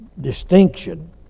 distinction